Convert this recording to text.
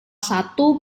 satu